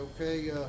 okay